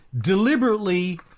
deliberately